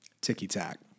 ticky-tack